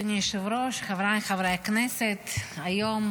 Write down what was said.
אדוני היושב-ראש, חבריי חברי הכנסת, היום